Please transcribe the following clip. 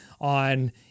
on